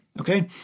okay